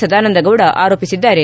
ಸದಾನಂದಗೌಡ ಆರೋಪಿಸಿದ್ದಾರೆ